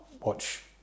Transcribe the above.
watch